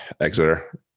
Exeter